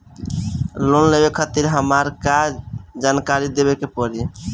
Loan लेवे खातिर हमार का का जानकारी देवे के पड़ी?